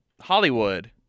Hollywood